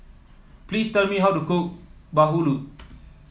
please tell me how to cook Bahulu